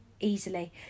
easily